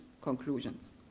conclusions